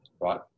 Right